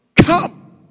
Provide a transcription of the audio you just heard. Come